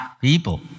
people